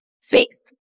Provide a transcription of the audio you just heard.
space